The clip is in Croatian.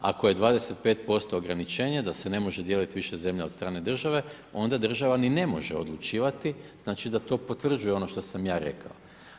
Ako je 25% ograničenje, da se ne može dijeliti više zemlja od strane države, onda država ni ne može odlučivati, znači da to potvrđuje ono što sam ja rekao.